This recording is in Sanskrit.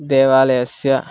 देवालयस्य